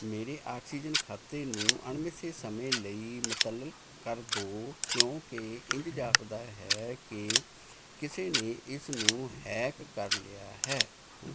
ਮੇਰੇ ਆਕਸੀਜਨ ਖਾਤੇ ਨੂੰ ਅਣਮਿੱਥੇ ਸਮੇਂ ਲਈ ਮੁਅੱਤਲ ਕਰ ਦੋ ਕਿਉਂਕਿ ਇੰਜ ਜਾਪਦਾ ਹੈ ਕਿ ਕਿਸੇ ਨੇ ਇਸਨੂੰ ਹੈਕ ਕਰ ਲਿਆ ਹੈ